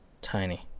Tiny